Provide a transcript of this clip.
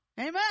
Amen